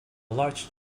large